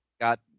got